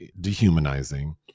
dehumanizing